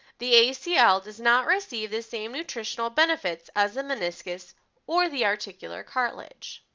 the acl does not receive the same nutritional benefits as the meniscus or the articular cartilage.